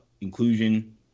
inclusion